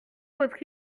votre